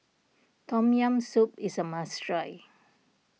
Tom Yam Soup is a must try